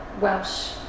Welsh